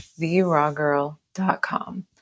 TheRawGirl.com